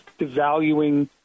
devaluing